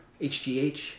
HGH